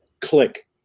click